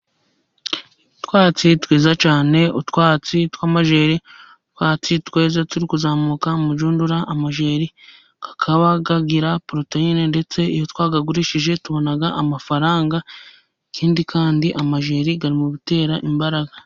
Utwatsi twiza cyane, utwatsi tw’amajeri, utwatsi tweze turi kuzamuka mu nshundura. Amajeri akaba agira poroteyine, ndetse iyo twayagurishije tubona amafaranga. Ikindi kandi, amajeri ari mu bitera imbaraga.